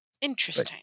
Interesting